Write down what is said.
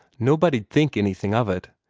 nobody'd think anything of it.